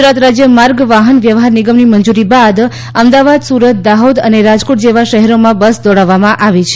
ગુજરાત રાજ્ય માર્ગ વાહન વ્યવહાર નિગમની મંજૂરી બાદ અમદાવાદ સુરત દાહોદ અને રાજકોટ જેવા શહેરોમાં બસ દોડાવવામાં આવી છે